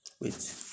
Wait